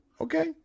Okay